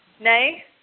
Nay